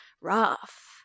rough